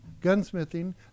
gunsmithing